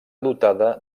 dotada